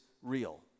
Real